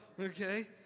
okay